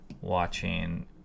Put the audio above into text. Watching